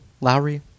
Lowry